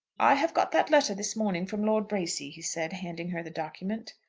i have got that letter this morning from lord bracy, he said, handing her the document.